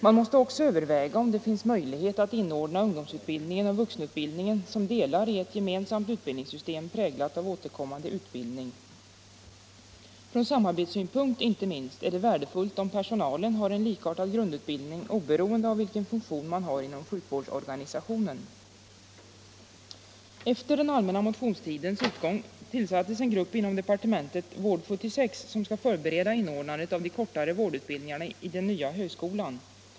Man måste också överväga om det finns möjlighet att inordna ungdomsutbildningen och vuxenutbildningen som delar i ett gemensamt utbildningssystem, präglat av återkommande utbildning. Från samarbetssynpunkt, inte minst, är det värdefullt om personalen har en likartad grundutbildning oberoende av vilken funktion man har inom sjukvårdsorganisationen. Vårdyrkesutbildning partementet, Vård-76, som skall förbereda inordnandet av de kortare vårdutbildningarna i den nya högskolan.